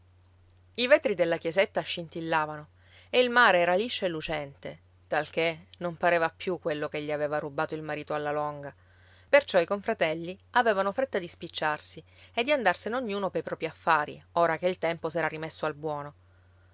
i vetri della chiesetta scintillavano e il mare era liscio e lucente talché non pareva più quello che gli aveva rubato il marito alla longa perciò i confratelli avevano fretta di spicciarsi e di andarsene ognuno pei propri affari ora che il tempo s'era rimesso al buono